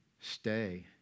stay